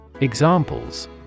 Examples